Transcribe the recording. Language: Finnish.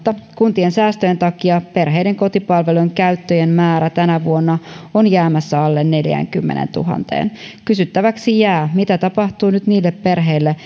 kuntien säästöjen takia perheiden kotipalvelujen käyttöjen määrä tänä vuonna on jäämässä alle neljäänkymmeneentuhanteen kysyttäväksi jää mitä tapahtuu nyt niille perheille